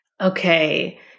Okay